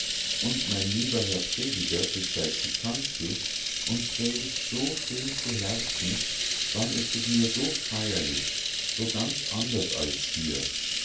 und mein lieber herr prediger besteigt die kanzel und predigt so schön zu herzen dann ist es mir so feierlich so ganz anders als hier